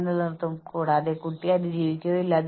അതിനാൽ അവർ ചെയ്യുന്ന ജോലിയുടെ അളവ് അനുസരിച്ച് ശരിയാണ്